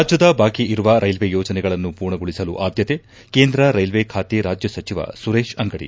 ರಾಜ್ಯದ ಬಾಕಿ ಇರುವ ರೈಲ್ವೆ ಯೋಜನೆಗಳನ್ನು ಪೂರ್ಣಗೊಳಿಸಲು ಆದ್ಯತೆ ಕೇಂದ್ರ ರೈಲ್ವೆ ಖಾತೆ ರಾಜ್ಯ ಸಚಿವ ಸುರೇಶ್ ಅಂಗಡಿ